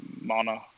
mana